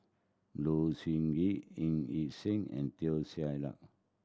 Low Siew Nghee Ng Yi Sheng and Teo Ser Luck